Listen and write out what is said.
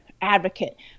advocate